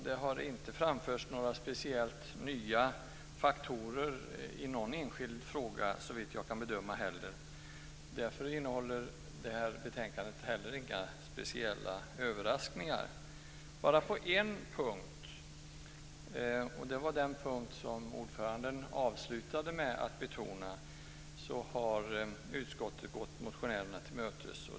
Det har heller inte framförts några speciellt nya faktorer i någon enskild fråga, såvitt jag kan bedöma. Därför innehåller betänkandet inte heller några speciella överraskningar, med undantag för en punkt. På den punkt som ordföranden avslutade med att betona har utskottet gått motionärerna till mötes.